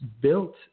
built